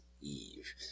Eve